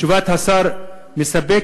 תשובת השר מספקת,